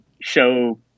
show